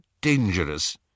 dangerous